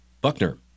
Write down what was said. Buckner